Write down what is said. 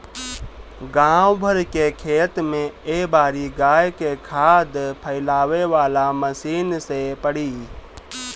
गाँव भर के खेत में ए बारी गाय के खाद फइलावे वाला मशीन से पड़ी